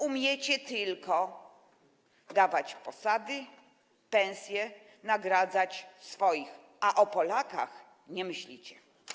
Umiecie tylko dawać posady, pensje, nagradzać swoich, a o Polakach nie myślicie.